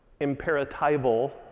imperatival